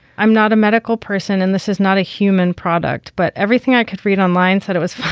i'm not a medical person and this is not a human product. but everything i could read online said it was fine.